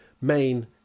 main